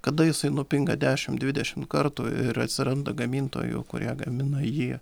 kada jisai nupinga dešim dvidešim kartų ir atsiranda gamintojų kurie gamina jį